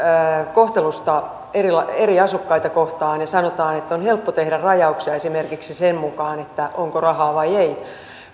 kohtelusta eri asukkaita kohtaan ja sanotaan että on helppo tehdä rajauksia esimerkiksi sen mukaan onko rahaa vai ei ja se